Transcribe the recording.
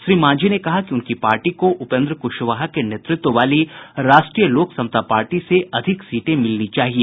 श्री मांझी ने कहा कि उनकी पार्टी को उपेन्द्र कुशवाहा के नेतृत्व वाली राष्ट्रीय लोक समता पार्टी से अधिक सीटें मिलनी चाहिए